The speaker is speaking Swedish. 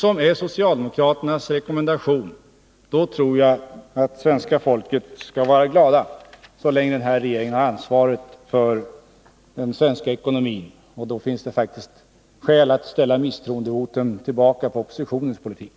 Om det är socialdemokraternas rekommendation, tror jag att Sveriges befolkning skall vara glad så länge den nuvarande regeringen har ansvaret för den svenska ekonomin. Om ökad utlandsupplåning är socialdemokraternas rekommendation, finns det faktiskt skäl att ställa krav på misstroendevotum mot oppositionens politik.